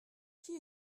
qui